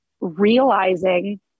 realizing